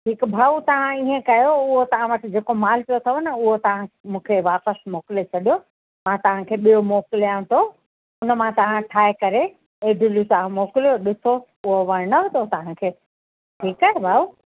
हिकु भाऊ तव्हां इअं कयो उहो तव्हां वटि जेको मालु पियो अथव न उहो तव्हां मूंखे वापसि मोकिले छॾियो मां तव्हांखे ॿियो मोकिलियां थो उन मां तव्हां ठाहे करे इडलियूं तव्हां मोकिलियो ॾिसो उहो वणनुव थो तव्हांखे ठीकु आहे भाऊ